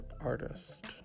artist